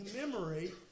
commemorate